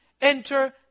enter